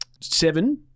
Seven